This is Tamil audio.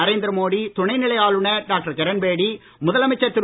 நரேந்திரமோடி துணைநிலை ஆளுநர் டாக்டர் கிரண்பேடி முதலமைச்சர் திரு